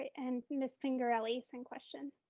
and miss pingerelli, same question.